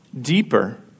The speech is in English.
deeper